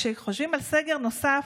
כשחושבים על סגר נוסף,